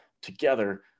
together